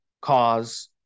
cause